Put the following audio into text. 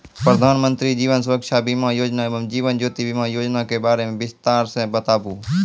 प्रधान मंत्री जीवन सुरक्षा बीमा योजना एवं जीवन ज्योति बीमा योजना के बारे मे बिसतार से बताबू?